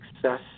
success